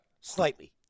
Slightly